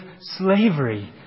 slavery